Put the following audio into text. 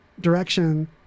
direction